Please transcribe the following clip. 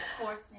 Fourth